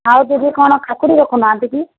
ଆଉ ଦିଦି କ'ଣ କାକୁଡି଼ ରଖୁନାହାନ୍ତି କି